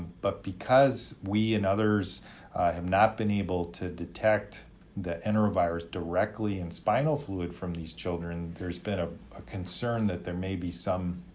but because we and others have not been able to detect the enterovirus directly in spinal fluid from these children, there's been a ah concern that there may be some